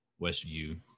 Westview